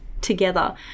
together